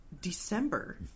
December